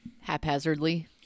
haphazardly